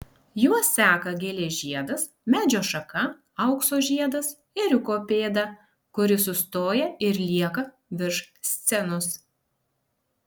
juos seka gėlės žiedas medžio šaka aukso žiedas ėriuko pėda kuri sustoja ir lieka virš scenos